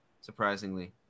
surprisingly